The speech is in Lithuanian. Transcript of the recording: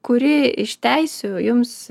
kuri iš teisių jums